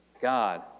God